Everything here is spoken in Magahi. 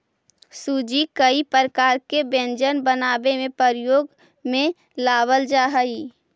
सूजी कई प्रकार के व्यंजन बनावे में प्रयोग में लावल जा हई